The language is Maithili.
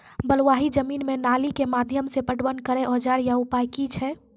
बलूआही जमीन मे नाली के माध्यम से पटवन करै औजार या उपाय की छै?